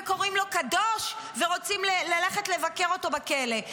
וקוראים לו קדוש ורוצים ללכת לבקר אותו בכלא,